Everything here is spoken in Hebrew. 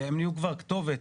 שהם נהיו כבר כתובת,